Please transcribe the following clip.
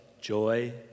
joy